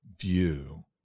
view